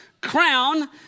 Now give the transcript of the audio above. crown